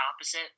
opposite